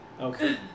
Okay